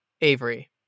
avery